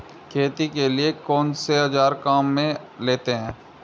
खेती के लिए कौनसे औज़ार काम में लेते हैं?